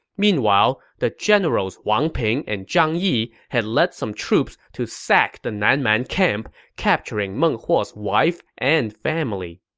meanwhile, the generals wang ping and zhang yi had led some troops to sack the nan man camp, capturing meng huo's wife and family